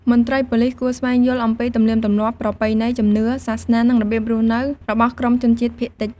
មន្ត្រីប៉ូលិសគួរស្វែងយល់អំពីទំនៀមទម្លាប់ ប្រពៃណី ជំនឿ សាសនា និងរបៀបរស់នៅរបស់ក្រុមជនជាតិភាគតិច។